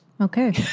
Okay